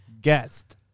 guest